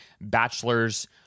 bachelor's